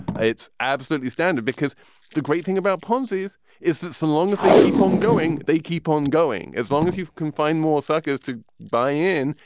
it's absolutely standard, because the great thing about ponzi is, is that some long as they keep on going, they keep on going as long as you can find more suckers to buy in.